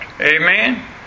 Amen